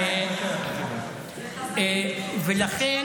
בינתיים, לכן,